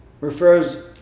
refers